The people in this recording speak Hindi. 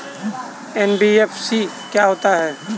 एन.बी.एफ.सी क्या होता है?